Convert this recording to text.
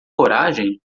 coragem